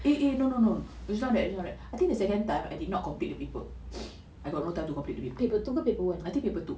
eh no no no it's not that it's right I think the second time I did not complete the paper I got no time to complete the paper I think paper two